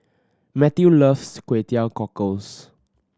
Mathew loves Kway Teow Cockles